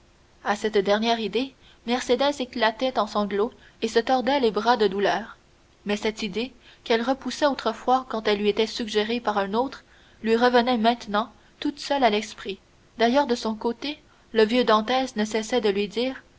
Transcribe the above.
à cette dernière idée mercédès éclatait en sanglots et se tordait les bras de douleur mais cette idée qu'elle repoussait autrefois quand elle lui était suggérée par un autre lui revenait maintenant tout seule à l'esprit d'ailleurs de son côté le vieux dantès ne cessait de lui dire